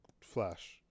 flash